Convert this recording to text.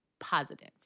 positive